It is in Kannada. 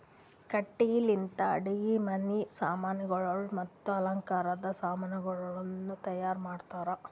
ಕಟ್ಟಿಗಿ ಲಿಂತ್ ಅಡುಗಿ ಮನಿ ಸಾಮಾನಗೊಳ್ ಮತ್ತ ಅಲಂಕಾರದ್ ಸಾಮಾನಗೊಳನು ತೈಯಾರ್ ಮಾಡ್ತಾರ್